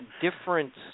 difference